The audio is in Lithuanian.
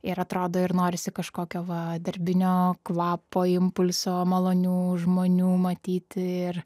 ir atrodo ir norisi kažkokio va darbinio kvapo impulso malonių žmonių matyti ir